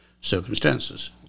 circumstances